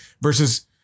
versus